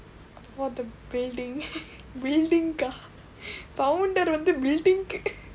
for the building building-kaa founder வந்து:vandthu building-kaa